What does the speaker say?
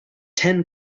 ten